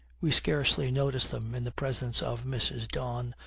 we scarcely notice them in the presence of mrs. don,